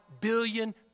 billion